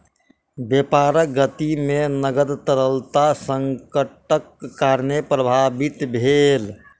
व्यापारक गति में नकद तरलता संकटक कारणेँ प्रभावित भेल